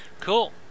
Cool